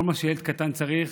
כל מה שילד קטן צריך